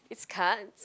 it's cards